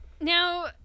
now